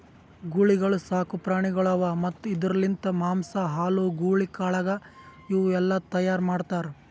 ಗೂಳಿಗೊಳ್ ಸಾಕು ಪ್ರಾಣಿಗೊಳ್ ಅವಾ ಮತ್ತ್ ಇದುರ್ ಲಿಂತ್ ಮಾಂಸ, ಹಾಲು, ಗೂಳಿ ಕಾಳಗ ಇವು ಎಲ್ಲಾ ತೈಯಾರ್ ಮಾಡ್ತಾರ್